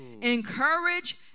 Encourage